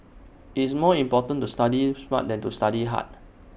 IT is more important to study smart than to study hard